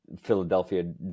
Philadelphia